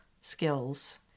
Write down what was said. skills